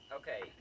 okay